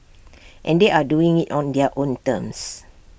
and they are doing IT on their own terms